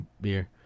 Beer